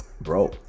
bro